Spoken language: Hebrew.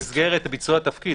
במסגרת ביצוע התפקיד.